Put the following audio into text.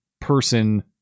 person